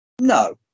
No